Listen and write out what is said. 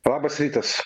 labas rytas